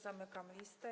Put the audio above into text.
Zamykam listę.